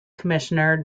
commissioner